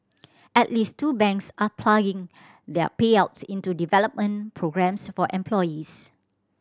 at least two banks are ploughing their payouts into development programmes for employees